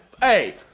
Hey